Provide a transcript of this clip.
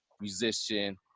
musician